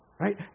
Right